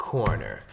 Corner